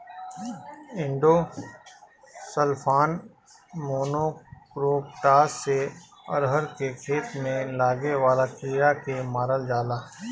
endosulfan, monocrotophos से अरहर के खेत में लागे वाला कीड़ा के मारल जाला